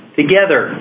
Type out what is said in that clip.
together